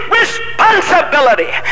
responsibility